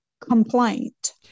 complaint